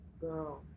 girl